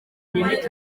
muri